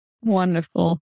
Wonderful